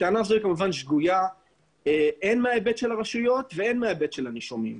הטענה הזו שגוייה מההיבט של הרשויות וגם מההיבט של הנישומים.